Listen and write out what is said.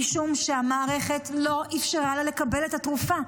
משום שהמערכת לא אפשרה לה לקבל את התרופה.